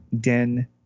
den